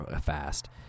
fast